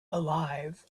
alive